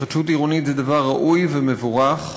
התחדשות עירונית זה דבר ראוי ומבורך,